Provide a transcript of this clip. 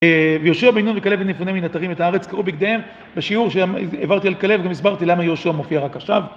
ויהושע בין נון וכלב בן יפונה מנטרים את הארץ קרעו בגדיהם בשיעור שהעברתי על כלב גם הסברתי למה יהושע מופיע רק עכשיו